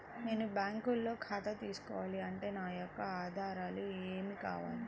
నేను బ్యాంకులో ఖాతా తీసుకోవాలి అంటే నా యొక్క ఆధారాలు ఏమి కావాలి?